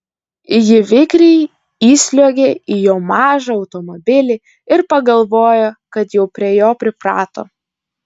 ji vikriai įsliuogė į jo mažą automobilį ir pagalvojo kad jau prie jo priprato